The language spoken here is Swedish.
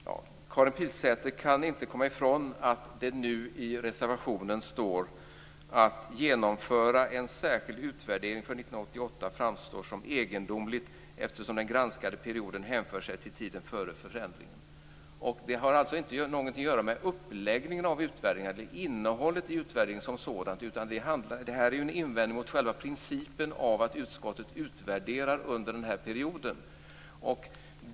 Fru talman! Karin Pilsäter kan inte komma ifrån att det nu i reservationen står: Att genomföra en särskild utvärdering för 1988 framstår som egendomligt, eftersom den granskade perioden hänför sig till tiden före förändringen. Det har alltså ingenting att göra med uppläggningen av utvärderingen eller innehållet i utvärderingen som sådan, utan detta är en invändning mot själva principen av att utskottet utvärderar under denna period.